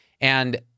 and-